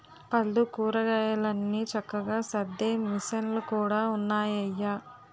పళ్ళు, కూరగాయలన్ని చక్కగా సద్దే మిసన్లు కూడా ఉన్నాయయ్య